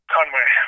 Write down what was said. Conway